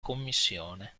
commissione